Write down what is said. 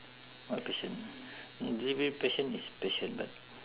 what passion delivery passion is passion but